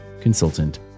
consultant